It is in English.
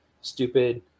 stupid